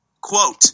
Quote